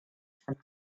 from